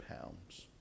pounds